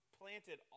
planted